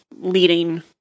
leading